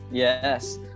Yes